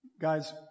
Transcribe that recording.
Guys